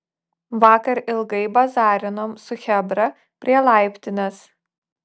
vakar ilgai bazarinom su chebra prie laiptinės